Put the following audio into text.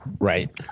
Right